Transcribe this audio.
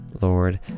Lord